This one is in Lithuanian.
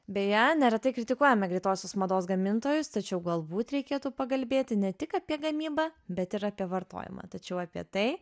beje neretai kritikuojame greitosios mados gamintojus tačiau galbūt reikėtų pakalbėti ne tik apie gamybą bet ir apie vartojimą tačiau apie tai